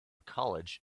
college